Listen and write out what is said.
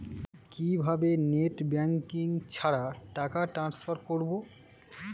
কিভাবে net banking ছাড়া টাকা টান্সফার করব?